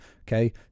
Okay